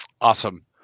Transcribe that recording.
awesome